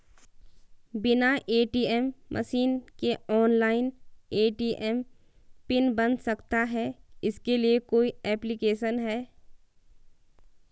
बिना ATM machine के online ATM PIN बन सकता है इसके लिए कोई ऐप्लिकेशन है?